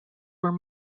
were